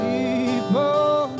People